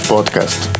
Podcast